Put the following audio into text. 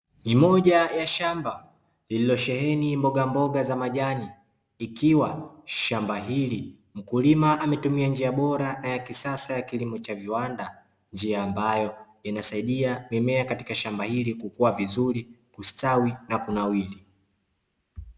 Ni moja ya shamba, lililosheheni mbogamboga za majani, ikiwa shamba hili mkulima ametumia njia bora na ya kisasa ya kilimo cha viwanda, njia ambayo inasaidia mimea katika shamba hili kukua vizuri, kustawi na kunawiri.